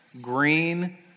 green